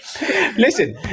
Listen